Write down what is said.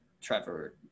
Trevor